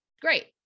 great